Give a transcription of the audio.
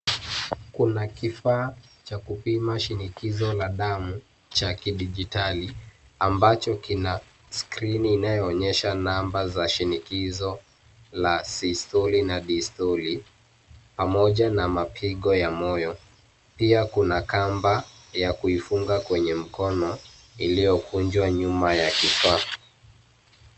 Kuna kifaa cha kupima shinikizo la damu cha kidijitali, ambacho kina skrini inayoonyesha namba za shinikizo la sistoli na distoli pamoja na mapigo ya mwoyo. Pia kuna kamba ya kuifunga kwenye mkono iliyokunjwa nyuma ya kifaa.